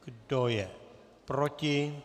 Kdo je proti?